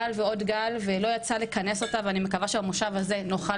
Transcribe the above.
גל ועוד גל ולא יצא לכנס אותה ואני מקווה שבמושב הזה אנחנו נוכל